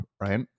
right